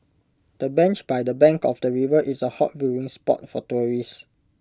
the bench by the bank of the river is A hot viewing spot for tourists